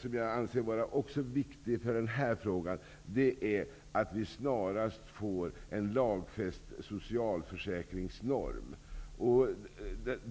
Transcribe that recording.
som jag också anser är viktig i det här sammanhanget är att vi snarast bör få en lagfäst socialförsäkringsnorm.